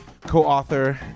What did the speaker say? co-author